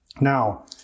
Now